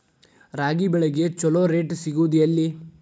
ರಾಗಿ ಬೆಳೆಗೆ ಛಲೋ ರೇಟ್ ಸಿಗುದ ಎಲ್ಲಿ?